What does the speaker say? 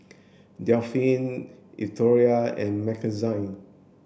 Daphne Eldora and Mackenzie